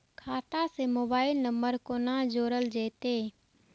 खाता से mobile number कोना जोरल जेते?